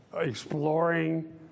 exploring